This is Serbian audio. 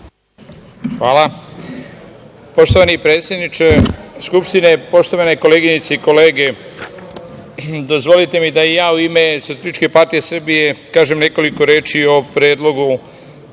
Hvala. Poštovani predsedniče Skupštine, poštovane koleginice i kolege, dozvolite mi da i ja u ime SPS kažem nekoliko reči o Predlogu